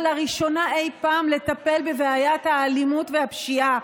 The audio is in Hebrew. לראשונה אי פעם לטפל בבעיית האלימות והפשיעה,